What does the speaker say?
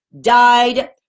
died